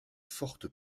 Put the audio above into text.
forte